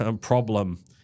problem